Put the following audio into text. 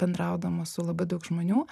bendraudama su labai daug žmonių